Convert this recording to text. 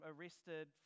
arrested